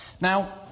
Now